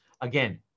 Again